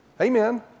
Amen